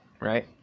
right